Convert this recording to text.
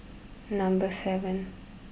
number seven